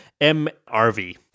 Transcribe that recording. MRV